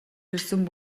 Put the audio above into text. ирсэн